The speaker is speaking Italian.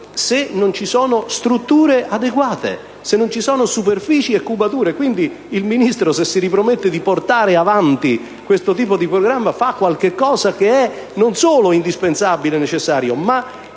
se non ci sono strutture adeguate, e se non ci sono superfici e cubature? Quindi, se il Ministro si ripromette di portare avanti questo tipo di programma, fa qualcosa non solo di indispensabile e necessario, ma